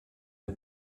der